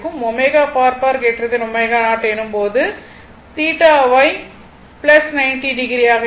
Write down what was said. ω ω0 எனும் போது θY 90o ஆக இருக்கும்